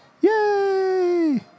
Yay